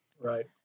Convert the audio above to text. Right